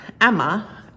Emma